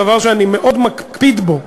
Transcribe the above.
דבר שאני מאוד מקפיד בו,